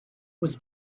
was